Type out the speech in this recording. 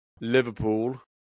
Liverpool